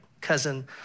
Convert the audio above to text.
cousin